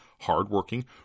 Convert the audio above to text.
hardworking